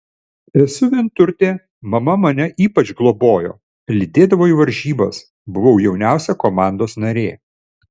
esu vienturtė mama mane ypač globojo lydėdavo į varžybas buvau jauniausia komandos narė